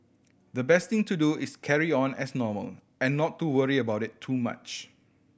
the best thing to do is carry on as normal and not to worry about it too much